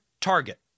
target